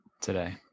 today